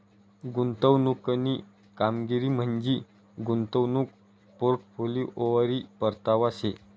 गुंतवणूकनी कामगिरी म्हंजी गुंतवणूक पोर्टफोलिओवरी परतावा शे